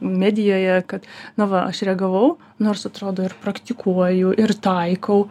medijoje kad na va aš reagavau nors atrodo ir praktikuoju ir taikau